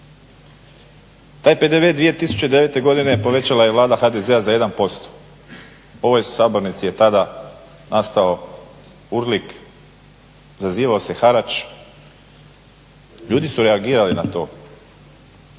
Taj PDV 2009.godine povećala je vlada HDZ-a za 1%. U ovoj sabornici je tada nastao urlik, zazivao se harač, ljudi su reagirali na to.